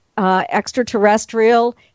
Extraterrestrial